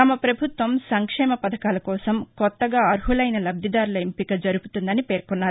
తమ ప్రభుత్వం సంక్షేమ పథకాల కోసం కొత్తగా అరులైన లబ్దిదారుల ఎంపిక జరుపుతుందని పేర్కొన్నారు